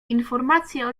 informację